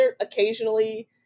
occasionally